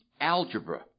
algebra